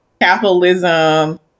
capitalism